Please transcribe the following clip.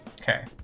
Okay